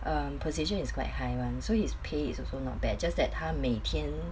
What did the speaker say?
um position is quite high [one] so his pay is also not bad just that 他每天